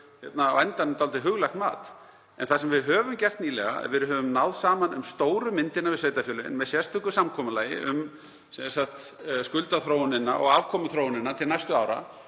á endanum dálítið huglægt mat. En það sem við höfum gert nýlega er að við höfum náð saman um stóru myndina við sveitarfélögin með sérstöku samkomulagi um skuldaþróun og afkomuþróun til næstu ára.